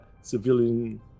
civilian